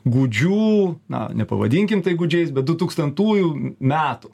gūdžių na nepavadinki gūdžiais bet du tūkstantųjų metų